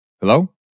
Hello